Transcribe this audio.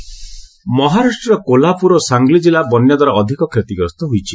ମହା ଫ୍ଲୁଡ ମହାରାଷ୍ଟ୍ରର କୋହ୍ଲାପୁର ଓ ସାଙ୍ଗଲି ଜିଲ୍ଲା ବନ୍ୟା ଦ୍ୱାରା ଅଧିକ କ୍ଷତିଗ୍ରସ୍ତ ହୋଇଛି